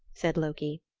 said loki.